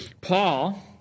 Paul